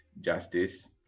Justice